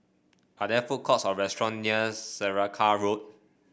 are there food courts or restaurant near Saraca Road